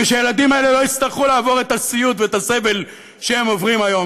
שהילדים האלה לא יצטרכו לעבור את הסיוט ואת הסבל שהם עוברים היום.